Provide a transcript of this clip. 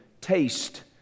taste